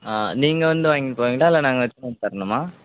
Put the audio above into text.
ஆ நீங்கள் வந்து வாங்கின்னு போவீங்களா இல்லை நாங்கள் எடுத்துன்னு வந்து தரணுமா